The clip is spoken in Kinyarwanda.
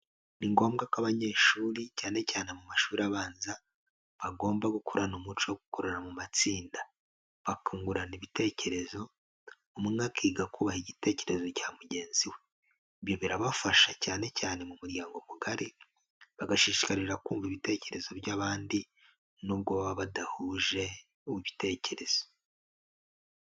Ni ngombwa ko abanyeshuri cyane cyane mu mashuri abanza, bagomba gukurana umuco wo gukorera mu matsinda, bakungurana ibitekerezo umwe akiga kubaha igitekerezo cya mugenzi we, ibi birabafasha cyane cyane mu muryango mugari bagashishikarira kumva ibitekerezo by'abandi nubwo baba badahuje ibitekerezo.